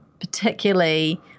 particularly